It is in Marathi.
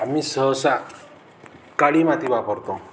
आम्ही सहसा काळी माती वापरतो